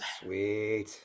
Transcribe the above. Sweet